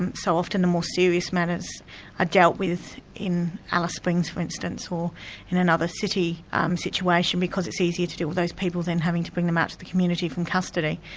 and so often the more serious matters are dealt with in alice springs, for instance, or in another city situation, because it's easier to deal with those people than having to bring them out to the community from custody.